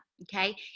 okay